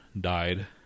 died